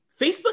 facebook